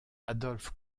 adolphe